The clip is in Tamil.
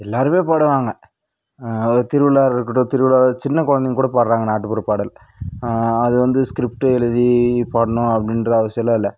எல்லாருமே பாடுவாங்க ஒரு திருவிழா இருக்கட்டும் திருவிழாவில சின்ன குழந்தைங்க கூட பாடுறாங்க நாட்டுப்புற பாடல் அது வந்து ஸ்கிரிப்ட் எழுதி பாடணும் அப்படின்ற அவசியம்லாம் இல்லை